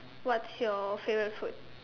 what's your favourite food